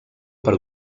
per